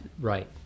Right